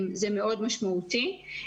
זה משמעותי מאוד.